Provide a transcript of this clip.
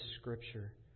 Scripture